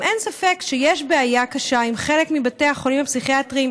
גם אין ספק שיש בעיה קשה עם חלק מבתי החולים הפסיכיאטריים